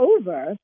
over